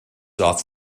off